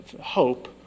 hope